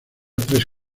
tres